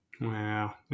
Wow